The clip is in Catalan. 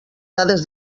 dades